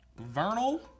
Vernal